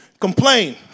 complain